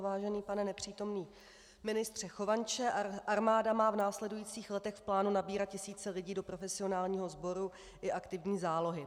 Vážený pane nepřítomný ministře Chovanče, armáda má v následujících letech v plánu nabírat tisíce lidí do profesionálního sboru i aktivní zálohy.